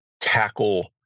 tackle